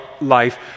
life